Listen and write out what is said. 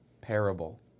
parable